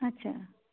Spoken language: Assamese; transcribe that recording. আচ্ছা